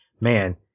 man